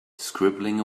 scribbling